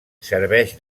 serveix